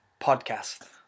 podcast